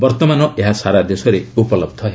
ବର୍ତ୍ତମାନ ଏହା ସାରା ଦେଶରେ ଉପଲହ୍ଧ ହେବ